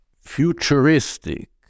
futuristic